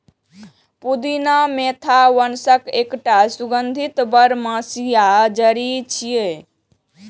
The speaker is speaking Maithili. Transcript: पुदीना मेंथा वंशक एकटा सुगंधित बरमसिया जड़ी छियै